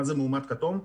מה זה מאומת כתום?